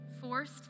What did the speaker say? forced